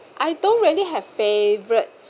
I don't really have favorite